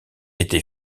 été